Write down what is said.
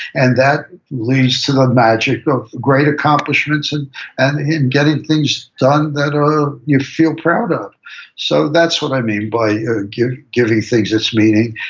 and that leads to the magic of great accomplishments and and in getting things done that you you feel proud of so that's what i mean by giving giving things its meaning,